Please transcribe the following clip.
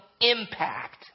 impact